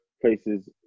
places